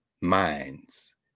minds